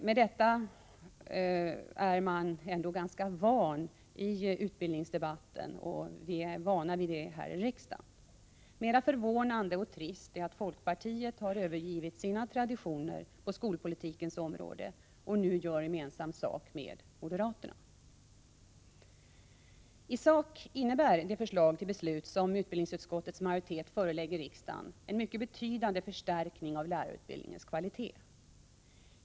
Men detta är man ändå ganska vad vid i utbildningsdebatten och här i riksdagen. Mera förvånande — och trist — är att folkpartiet övergivit sina traditioner på skolpolitikens område och nu gör gemensam sak med moderaterna. I sak innebär det förslag till beslut som utbildningsutskottets majoritet förelägger riksdagen en mycket betydande förstärkning av lärarutbildningens kvalitet.